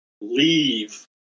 leave